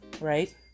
right